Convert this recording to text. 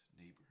neighbor